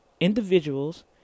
individuals